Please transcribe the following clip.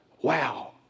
wow